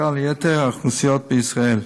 האוכלוסיות בישראל.